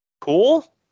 cool